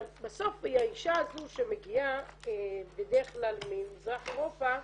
אבל בסוף האישה הזאת שמגיעה בדרך כלל ממזרח אירופה,